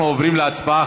אנחנו עוברים להצבעה.